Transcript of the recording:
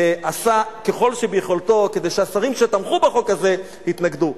עשה ככל שביכולתו כדי שהשרים שתמכו בחוק הזה יתנגדו.